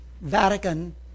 Vatican